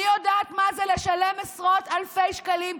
אני יודעת מה זה לשלם עשרות אלפי שקלים,